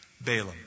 Balaam